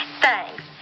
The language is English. Thanks